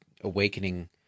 awakening